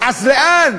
אז לאן?